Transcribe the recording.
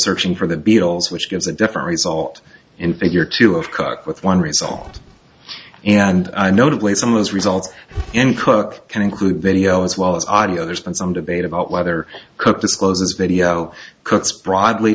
searching for the beatles which gives a different result in figure two of cook with one result and notably some of those results in cook can include video as well as audio there's been some debate about whether cook discloses video cooks broadly